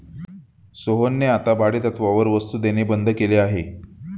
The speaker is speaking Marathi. सोहनने आता भाडेतत्त्वावर वस्तु देणे बंद केले आहे